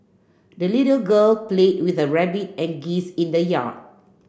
the little girl played with her rabbit and geese in the yard